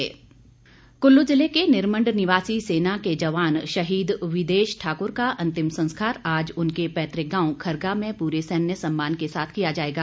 अंतिम संस्कार कुल्लू जिले के निरमंड निवासी सेना के जवान शहीद विदेश ठाकुर का अंतिम संस्कार आज उनके पैतृक गांव खरगा में पूरे सैन्य सम्मान के साथ किया जाएगा